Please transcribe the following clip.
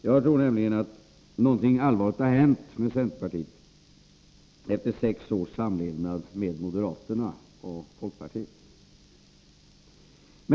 Jag tror nämligen att någonting allvarligt har hänt med centerpartiet efter sex års samlevnad med moderaterna och folkpartiet.